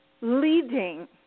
leading